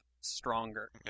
stronger